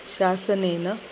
शासनेन